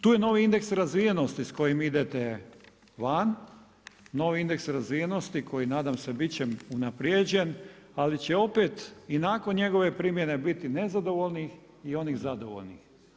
Tu je novi indeks razvijenosti sa kojim idete van, novi indeks razvijenosti koji nadam se biti će unaprijeđen ali će opet i nakon njegove primjene biti nezadovoljnih i onih zadovoljnih.